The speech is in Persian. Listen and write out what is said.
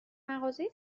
مغازه